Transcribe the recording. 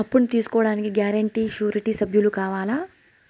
అప్పును తీసుకోడానికి guarantee, surety సభ్యులు కావాలా?